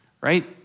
right